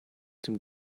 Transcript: dem